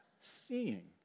seeing